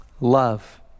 Love